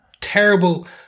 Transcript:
terrible